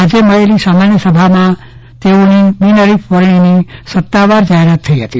આજે મળેલી સામાન્ય સભામાં તેઓની બિનહરીફ વરણીની સત્તાવાર જાહેરાત થઈ હતી